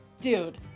dude